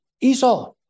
Esau